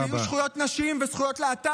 יוראי להב הרצנו (יש עתיד): שיהיו זכויות נשים וזכויות להט"ב